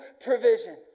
provision